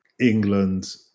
England